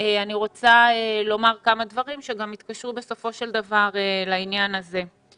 אני רוצה לומר כמה דברים שגם יתקשרו בסופו של דבר לעניין הזה.